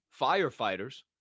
firefighters